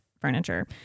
furniture